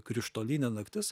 krištolinė naktis